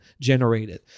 generated